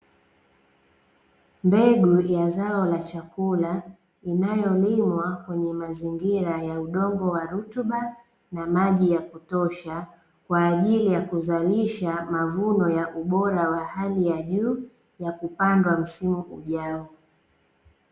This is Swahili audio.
Mbegu ya zao la chakula inayolimwa kwenye mazingira ya udongo wa rutuba na maji ya kutosha kwa ajili ya kuzalisha mavuno ya ubora wa hali ya juu ya kupandalwa msimu ujao.